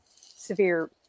severe